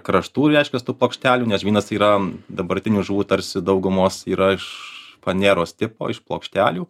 kraštų reiškias tų plokštelių nes žvynas yra dabartiniu žuvų tarsi daugumos yra iš faneros tipo iš plokštelių